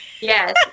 Yes